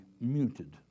muted